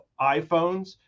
iPhones